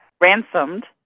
ransomed